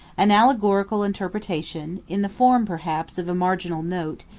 an allegorical interpretation, in the form, perhaps, of a marginal note,